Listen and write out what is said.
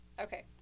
Okay